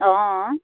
অঁ